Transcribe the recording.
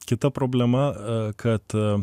kita problema kad